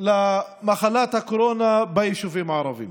למחלת הקורונה ביישובים הערביים.